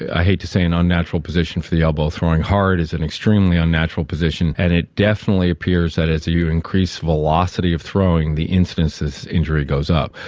i hate to say, an unnatural position for the elbow. throwing hard is an extremely unnatural position, and it definitely appears that as you increase velocity of throwing, the incidence of injury goes up.